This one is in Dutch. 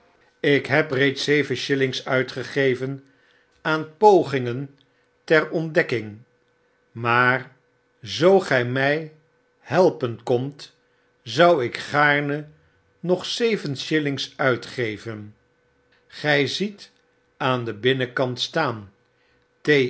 ik heb reeds zeven shillings uitgegeven aan pogingen ter ontdekking maar zoo gy my helpen kondt zou ik gaarne nog zeven shillings uitgeven gy ziet aan den binnenkant staat